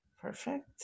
Perfect